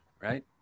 Right